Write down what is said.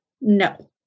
No